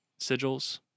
sigils